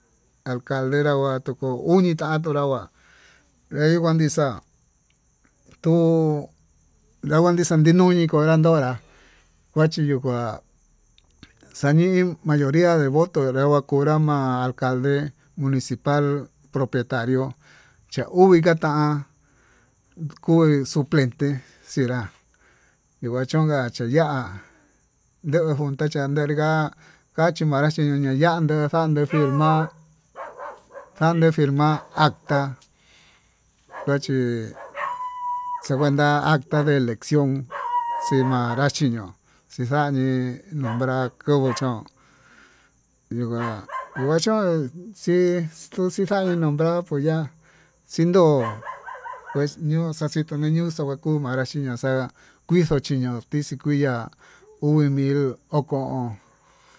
Alcalerá kuu tuku unitan tuu naguá ehí kuá nii xa'á, tuu nakuan nii xa'a nuni kulandonrá kuachi nuu kuá, kuachi nuu kua xanii mayoría de voto nre kuá kunrá ma'a acalde municipal propietario cha'a uu vii katan koí suplente xinrá, nikuachón ka'a xuu ya'á nduu njunta cha'a kuu nenrí nguá kachi ninguá huarachí xiando'o de firma'a xande firma'a aka'á kuá chí xikuenta acta de eleción xi'í nanrá chiño'ó xixani nombrar konguu chón nuu nguá nunguá chón xii tuxii xanii nombrar kuu ya'á xindó ñuu xaxhí nii ñuu xo'ó kua kuu manrá xiñoxa'a kuixo'o chiño'o kuixii kiá uu mil oko o'on.